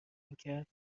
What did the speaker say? میکرد